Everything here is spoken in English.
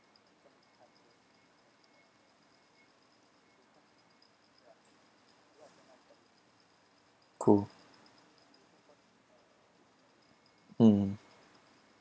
cool mm